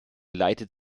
leitet